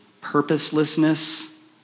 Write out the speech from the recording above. purposelessness